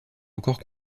encore